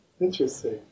Interesting